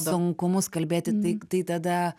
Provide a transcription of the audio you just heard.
sunkumus kalbėti tai k tai tada